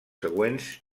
següents